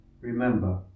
Remember